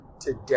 today